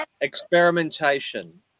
experimentation